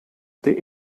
they